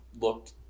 looked